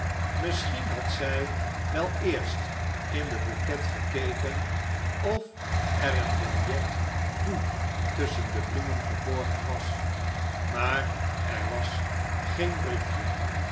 misschien had zij wel eerst in den bouquet gekeken of er een billet doux tusschen de bloemen verborgen was maar er was geen brief